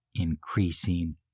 increasing